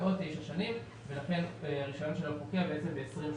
ועוד תשע שנים ולכן הרישיון שלו פוקע ב-2031.